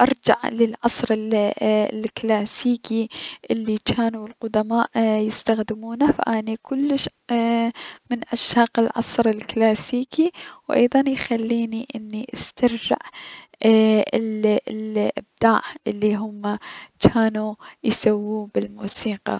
ارجع للعصر ال اي- كلاسيكي الي جانوا القدماء يستخدمونه فاني من عشاق العصر الكلاسيكي و ايضا يخليني اني استرجع ال اي- الأبداع الي هم جانو يسووه بالموسيقى.